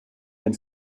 ein